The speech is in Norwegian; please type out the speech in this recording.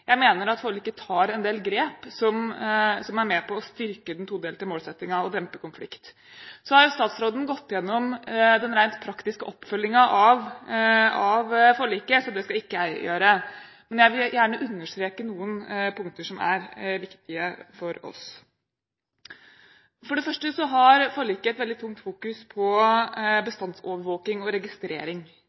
Jeg mener at forliket tar en del grep som er med på å styrke den todelte målsettingen og dempe konflikt. Statsråden har jo gått igjennom den rent praktiske oppfølgingen av forliket, så det skal ikke jeg gjøre, men jeg vil gjerne understreke noen punkter som er viktige for oss. For det første har forliket et veldig tungt fokus på bestandsovervåking og registrering,